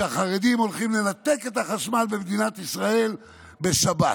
שהחרדים הולכים לנתק את החשמל במדינת ישראל בשבת.